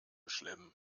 schlimm